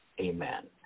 Amen